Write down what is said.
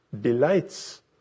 delights